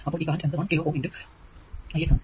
അപ്പോൾ ഈ കറന്റ് എന്നത് 1 കിലോΩ kilo Ω × I x ആണ്